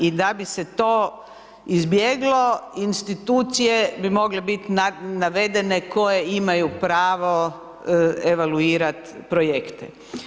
I da bi se to izbjeglo institucije bi mogle biti navedene koje imaju pravo evaluirati projekte.